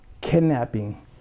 kidnapping